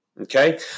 Okay